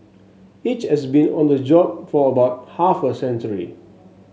each has been on the job for about half a century